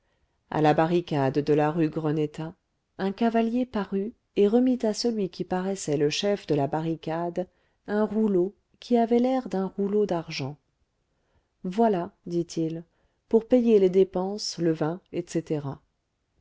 à la barricade de la rue greneta un cavalier parut et remit à celui qui paraissait le chef de la barricade un rouleau qui avait l'air d'un rouleau d'argent voilà dit-il pour payer les dépenses le vin et